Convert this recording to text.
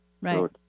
Right